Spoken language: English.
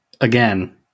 Again